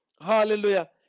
Hallelujah